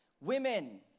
Women